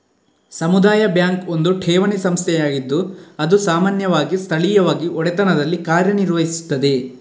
ಸಮುದಾಯ ಬ್ಯಾಂಕ್ ಒಂದು ಠೇವಣಿ ಸಂಸ್ಥೆಯಾಗಿದ್ದು ಅದು ಸಾಮಾನ್ಯವಾಗಿ ಸ್ಥಳೀಯವಾಗಿ ಒಡೆತನದಲ್ಲಿ ಕಾರ್ಯ ನಿರ್ವಹಿಸುತ್ತದೆ